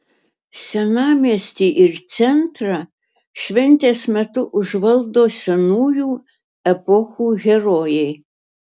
senamiestį ir centrą šventės metu užvaldo senųjų epochų herojai